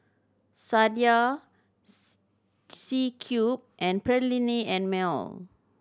Sadia C Cube and Perllini and Mel